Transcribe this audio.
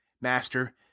master